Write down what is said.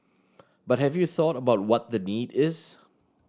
but have you thought about what the need is